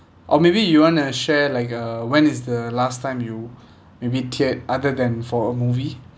or maybe you want to share like uh when is the last time you maybe teared other than for a movie